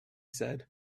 said